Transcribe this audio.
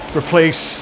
replace